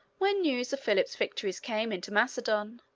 when news of philip's victories came into macedon,